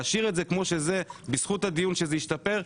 להשאיר את זה שבזכות הדיון זה ישתפר?